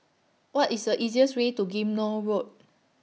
What IS The easiest Way to Ghim Moh Road